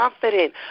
confident